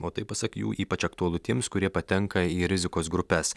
o tai pasak jų ypač aktualu tiems kurie patenka į rizikos grupes